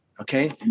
Okay